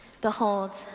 Behold